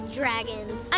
dragons